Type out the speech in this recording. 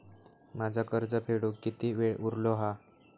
माझा कर्ज फेडुक किती वेळ उरलो हा?